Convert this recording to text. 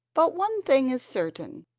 but one thing is certain,